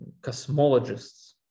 cosmologists